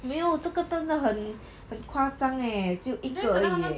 没有这个真的很很夸张 leh 只有一个而已 leh